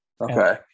Okay